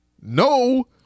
no